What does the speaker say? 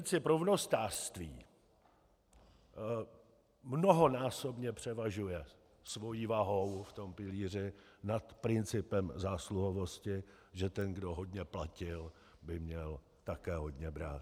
Princip rovnostářství mnohonásobně převažuje svou vahou v pilíři nad principem zásluhovosti, že ten, kdo hodně platil, by měl také hodně brát.